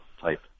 type